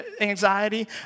anxiety